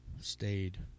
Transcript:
stayed